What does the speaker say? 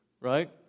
right